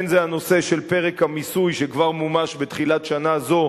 בין שזה הנושא של פרק המיסוי שכבר מומש בתחילת שנה זו